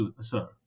sir